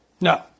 No